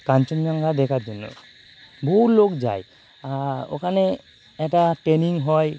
কাঞ্চনজঙ্ঘা দেখার জন্য বহু লোক যায় ওখানে এটা ট্রেনিং হয়